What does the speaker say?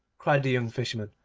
cried the young fisherman,